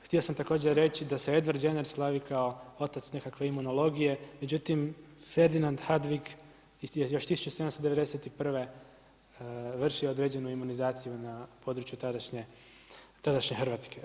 Htio sam također reći da se Edvard Geners slavi kao otac nekakve imunologije, međutim, Ferdinand Hadvig je još 1791. vršio određenu imunizaciju na području tadašnje Hrvatske.